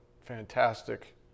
fantastic